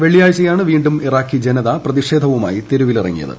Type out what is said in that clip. വെള്ളിയാഴ്ചയാണ് വീണ്ടും ഇറാഖി ജനത പ്രതിഷേധവുമായി രംഗത്തീറ്റുങ്ങിയത്